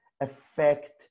affect